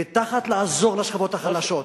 ותחת לעזור לשכבות החלשות,